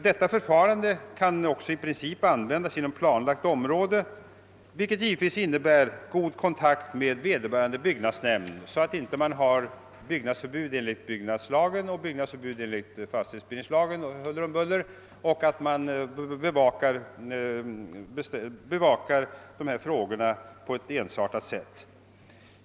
Detta förfarande kan också i princip tillämpas inom planlagt område, vilket givetvis innebär att man måste ha god kontakt med vederbörande byggnadsnämnd, så att det inte om varandra föreligger byggnadsförbud enligt byggnadslagen och enligt fastighetsbildningslagen utan att man bevakar dessa frågor på ett ensartat sätt.